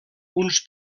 uns